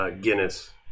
Guinness